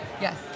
Yes